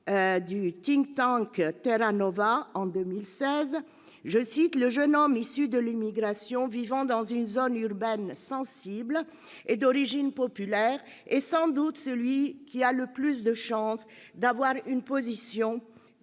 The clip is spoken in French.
en 2016 par le Terra Nova le rappelle à juste titre :« Le jeune homme issu de l'immigration vivant dans une zone urbaine sensible et d'origine populaire est sans doute celui qui a le plus de chances d'avoir une position